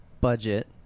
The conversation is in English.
budget